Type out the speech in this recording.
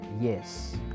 yes